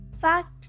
Fact